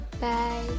bye